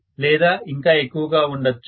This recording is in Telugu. లేదా ఇంకా ఎక్కువ గా ఉండొచ్చు